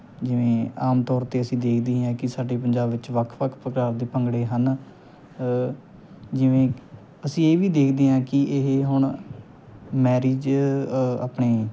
ਜਿਵੇਂ ਆਮ ਤੌਰ 'ਤੇ ਅਸੀਂ ਦੇਖਦੇ ਹੀ ਹਾਂ ਕਿ ਸਾਡੇ ਪੰਜਾਬ ਵਿੱਚ ਵੱਖ ਵੱਖ ਪ੍ਰਕਾਰ ਦੇ ਭੰਗੜੇ ਹਨ ਜਿਵੇਂ ਅਸੀਂ ਇਹ ਵੀ ਦੇਖਦੇ ਹਾਂ ਕਿ ਇਹ ਹੁਣ ਮੈਰਿਜ ਆਪਣੇ